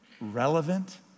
relevant